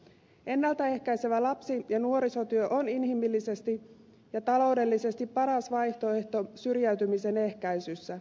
ennalta ehkäisevä lapsi ja nuorisotyö on inhimillisesti ja taloudellisesti paras vaihtoehto syrjäytymisen ehkäisyssä